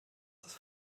ist